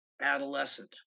adolescent